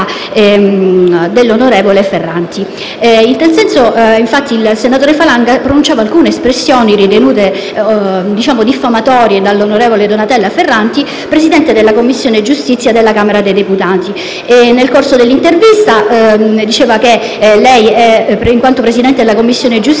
dell'onorevole Ferranti. In quella sede il senatore Falanga pronunciava alcune espressioni ritenute diffamatorie dall'onorevole Donatella Ferranti, Presidente della Commissione giustizia della Camera dei deputati. Nel corso dell'intervista diceva che lei, in quanto Presidente della Commissione giustizia,